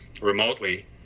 remotely